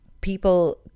People